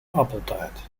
appeltaart